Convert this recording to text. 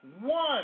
one